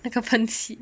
那个喷漆